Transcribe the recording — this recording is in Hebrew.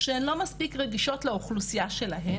שהן לא מספיק רגישות לאוכלוסייה שלהן